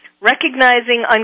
Recognizing